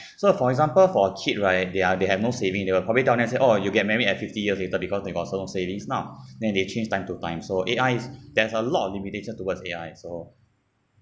so for example for a kid right they're they have no saving they will probably tell them and say oh you get married at fifty years later because they got no savings now then they change time to time so A_I there's a lot of limitations towards A_I so